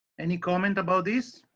any comment about this?